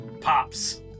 pops